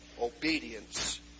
obedience